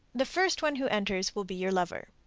the first one who enters will be your lover.